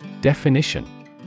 Definition